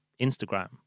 instagram